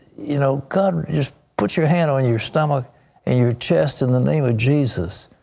you know, god just put your hand on your stomach and your chest in the name of jesus.